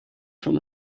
from